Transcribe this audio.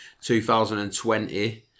2020